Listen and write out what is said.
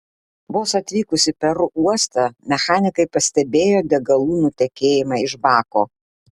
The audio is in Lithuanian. vos atvykus į peru uostą mechanikai pastebėjo degalų nutekėjimą iš bako